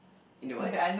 in the what